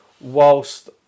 whilst